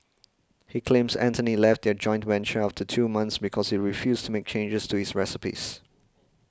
he claims Anthony left their joint venture after two months because he refused to make changes to his recipes